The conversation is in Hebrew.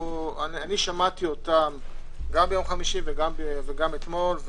שמעתי אותם גם ביום חמישי וגם אתמול,